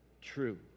true